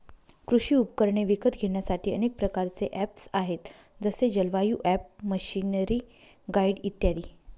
कृषी उपकरणे विकत घेण्यासाठी अनेक प्रकारचे ऍप्स आहेत जसे जलवायु ॲप, मशीनरीगाईड इत्यादी